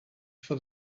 for